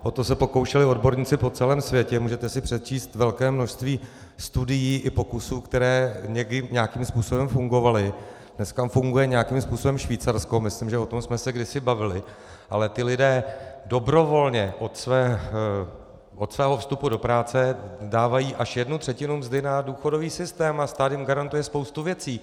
O to se pokoušeli odborníci po celém světě, můžete si přečíst velké množství studií i pokusů, které někdy nějakým způsobem fungovaly, dnes funguje nějakým způsobem Švýcarsko, myslím, že o tom jsme se kdysi bavili, ale ti lidé dobrovolně od svého vstupu do práce dávají až jednu třetinu mzdy na důchodový systém a stát jim garantuje spoustu věcí.